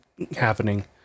Happening